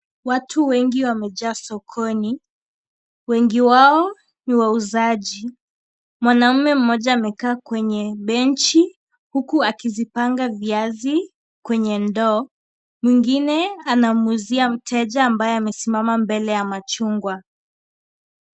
Watu wengi wa mejaa sokoni. Wengi wao ni wauzaji. Mwanaume mmoja ameka kwenye benchi, huku akizipanga viazi kwenye ndo. Mwingine, anamuuzia mteja ambaye amesimama mbele ya machungwa.